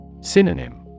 synonym